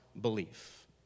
belief